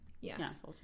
yes